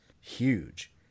huge